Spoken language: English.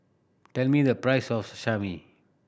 tell me the price of Sashimi